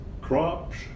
crops